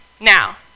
Now